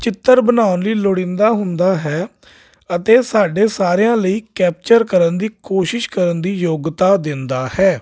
ਚਿੱਤਰ ਬਣਾਉਣ ਲਈ ਲੋੜੀਂਦਾ ਹੁੰਦਾ ਹੈ ਅਤੇ ਸਾਡੇ ਸਾਰਿਆਂ ਲਈ ਕੈਪਚਰ ਕਰਨ ਦੀ ਕੋਸ਼ਿਸ਼ ਕਰਨ ਦੀ ਯੋਗਤਾ ਦਿੰਦਾ ਹੈ